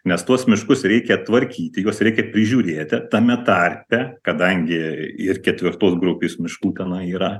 nes tuos miškus reikia tvarkyti juos reikia prižiūrėti tame tarpe kadangi ir ketvirtos grupės miškų tenai yra